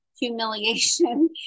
humiliation